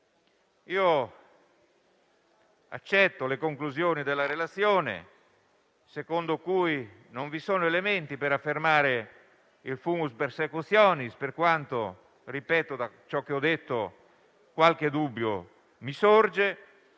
Accetto le conclusioni della relazione, secondo cui non vi sono elementi per affermare il *fumus persecutionis*, per quanto - ripeto - da ciò che ho detto qualche dubbio mi sorge